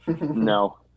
No